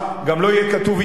גם לא יהיה כתוב "התנצלות",